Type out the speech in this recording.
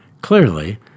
Clearly